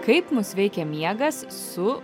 kaip mus veikia miegas su